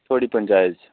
थुआढ़ी पंचायत च